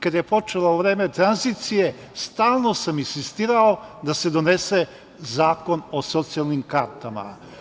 Kada je počelo vreme tranzicije stalno sam insistirao da se donese zakon o socijalnim kartama.